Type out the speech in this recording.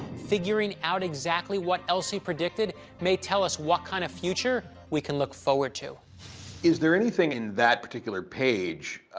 figuring out exactly what else he predicted may tell us what kind of future we can look forward to. levy is there anything in that particular page,